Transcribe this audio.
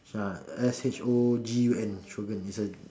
ah S H O G U N Shogun it's a